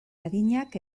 adinak